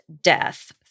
death